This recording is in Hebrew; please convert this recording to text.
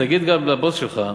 תגיד גם לבוס שלך,